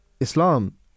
Islam